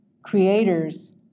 creators